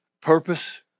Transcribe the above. Purpose